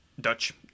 Dutch